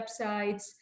websites